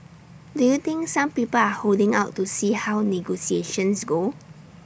do you think some people are holding out to see how negotiations go